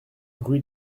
rue